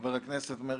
חבר הכנסת מרגי,